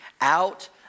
Out